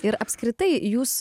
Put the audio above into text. ir apskritai jūs